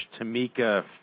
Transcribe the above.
Tamika